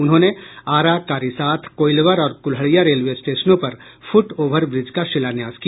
उन्होंने आरा कारीसाथ कोइलवर और कुल्हड़िया रेलवे स्टेशनों पर फुट ओवर ब्रीज का शिलान्यास किया